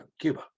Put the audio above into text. Cuba